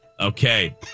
Okay